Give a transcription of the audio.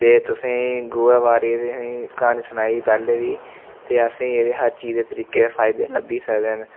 ते तुसें गोहा बारे तुसेंगी क्हानी सनाई ही पैह्ले बी ते असेंगी एह्दे हर चीज़ दे तरीके दे फायदे लब्भी सकदे न